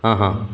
ಹಾಂ ಹಾಂ